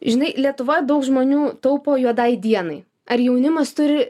žinai lietuvoj daug žmonių taupo juodai dienai ar jaunimas turi